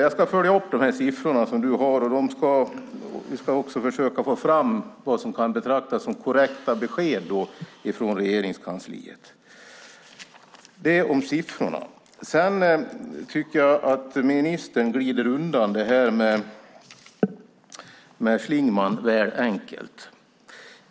Jag ska följa upp de siffror som Anders Borg redovisar, och vi ska även försöka få fram vad som kan betraktas som korrekta besked från Regeringskansliet. Detta sagt om siffrorna. Sedan tycker jag att ministern glider undan detta med Schlingmann lite väl lätt.